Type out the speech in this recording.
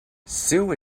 sue